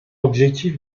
objectif